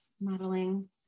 Modeling